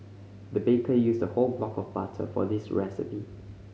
the baker used a whole block of butter for this recipe